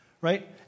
Right